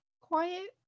quiet